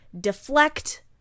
deflect